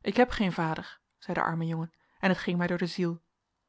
ik heb geen vader zei de arme jongen en het ging mij door de ziel